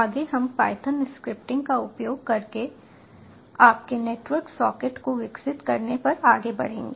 आगे हम Python scripting का उपयोग करके आपके नेटवर्क सॉकेट को विकसित करने पर आगे बढ़ेंगे